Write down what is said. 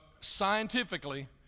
scientifically